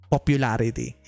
popularity